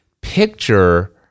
picture